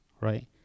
right